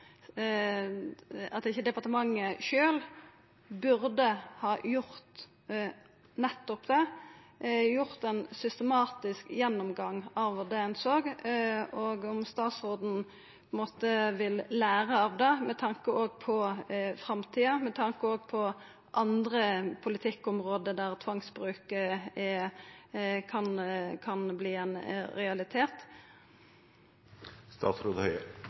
departementet sjølv burde ha gjort nettopp det, hatt ein systematisk gjennomgang av det ein såg. Vil statsråden læra av det med tanke på framtida og også med tanke på andre politikkområde der tvangsbruk kan verta ein realitet?